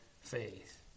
faith